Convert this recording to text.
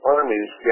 Armies